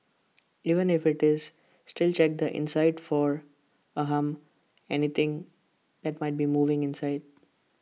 even if IT is still check the inside for ahem anything that might be moving inside